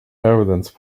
evidence